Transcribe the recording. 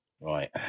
Right